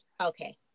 okay